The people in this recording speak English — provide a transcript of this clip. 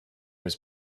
was